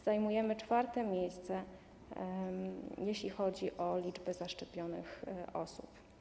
Zajmujemy 4. miejsce, jeśli chodzi o liczbę zaszczepionych osób.